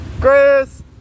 Chris